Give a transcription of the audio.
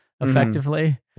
effectively